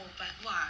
oh but !wah!